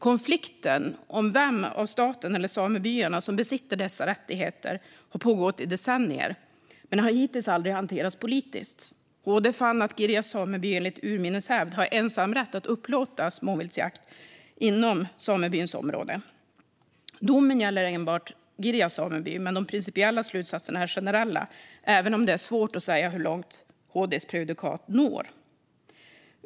Konflikten om vem av staten och samebyarna som besitter dessa rättigheter har pågått i decennier men har hittills aldrig hanterats politiskt. HD fann att Girjas sameby enligt urminnes hävd har ensamrätt att upplåta småviltsjakt inom samebyns område. Domen gäller endast Girjas sameby, men de principiella slutsatserna är generella även om det är svårt att säga hur långt HD:s prejudikat når.